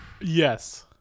Yes